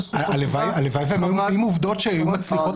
הלוואי והם היו מביאים עובדות שהיו מצדיקות